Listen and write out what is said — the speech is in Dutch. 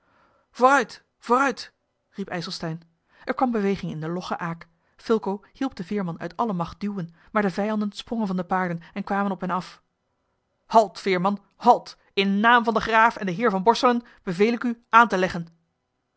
vooruit vooruit riep ijselstein er kwam beweging in de logge aak fulco hielp den veerman uit alle macht duwen maar de vijanden sprongen van de paarden en kwamen op hen af halt veerman halt in naam van den graaf en den heer van den borselen beveel ik u aan te leggen